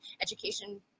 education